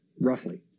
Roughly